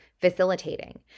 facilitating